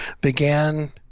began